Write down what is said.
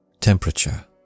Temperature